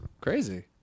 Crazy